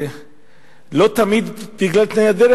לא תמיד בגלל תנאי הדרך,